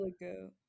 ago